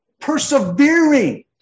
persevering